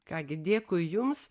ką gi dėkui jums